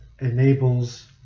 enables